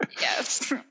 Yes